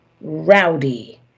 rowdy